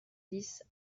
dix